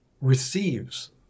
receives